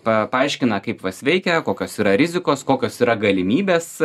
pa paaiškina kaip vas veikia kokios yra rizikos kokios yra galimybės